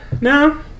no